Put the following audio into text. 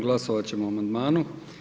Glasovat ćemo o amandmanu.